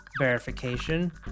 Verification